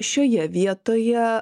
šioje vietoje